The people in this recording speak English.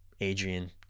Adrian